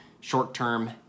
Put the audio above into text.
Short-term